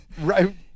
Right